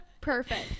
Perfect